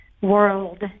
world